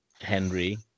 Henry